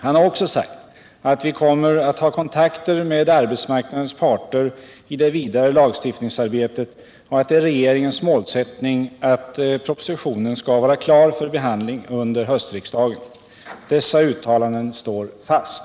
Han har också sagt att vi kommer att ha kontakter med arbetsmarknadens parter i det vidare lagstiftningsarbetet och att det är regeringens målsättning att propositionen skall vara klar för behandling under höstriksdagen. Dessa uttalanden står fast.